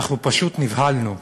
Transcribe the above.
אנחנו פשוט נבהלנו.